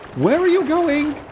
where are you going?